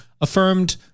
affirmed